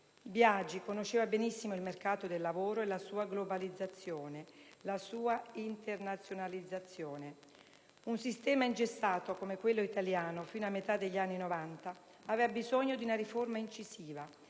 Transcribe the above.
Biagi conosceva benissimo il mercato del lavoro e la sua globalizzazione, la sua internazionalizzazione. Un sistema ingessato, come quello italiano fino a metà degli anni Novanta, aveva bisogno di una riforma incisiva.